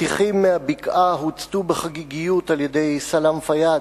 אבטיחים מהבקעה הוצתו בחגיגיות על-ידי סלאם פיאד.